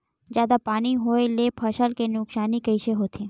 जादा पानी होए ले फसल के नुकसानी कइसे होथे?